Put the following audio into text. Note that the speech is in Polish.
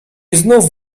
znów